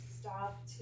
stop